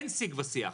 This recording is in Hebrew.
אין שיג ושיח.